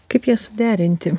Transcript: kaip jas suderinti